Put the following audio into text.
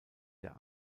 der